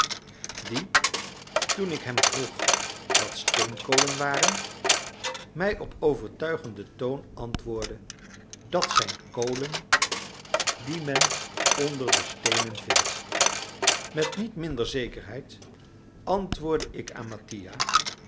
die toen ik hem vroeg wat steenkolen waren mij op overtuigenden toon antwoordde dat zijn kolen die men onder de steenen vindt met niet minder zekerheid antwoordde ik aan mattia